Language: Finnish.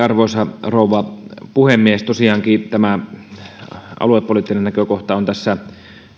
arvoisa rouva puhemies tosiaankin aluepoliittinen näkökohta on tässä